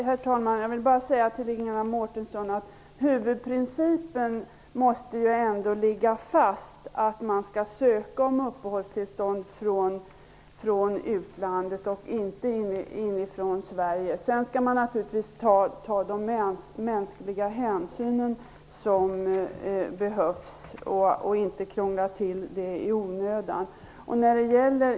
Herr talman! Jag vill bara säga till Ingela Mårtensson att huvudprincipen måste ju ändå ligga fast, att ansökan om uppehållstillstånd skall göras från utlandet och inte inifrån Sverige. Sedan skall man naturligtvis ta de mänskliga hänsyn som behövs och inte krångla till det i onödan.